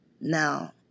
Now